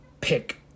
pick